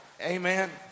Amen